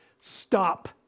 Stop